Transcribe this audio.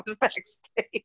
backstage